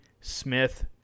Smith